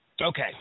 okay